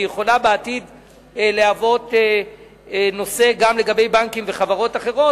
והיא יכולה בעתיד להוות נושא גם לגבי בנקים וחברות אחרים,